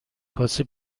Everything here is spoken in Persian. کاسه